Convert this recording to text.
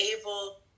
able